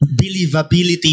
believability